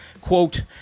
quote